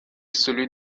celui